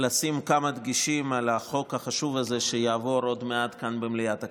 לשים כמה דגשים על החוק החשוב הזה שיעבור עוד מעט כאן במליאת הכנסת.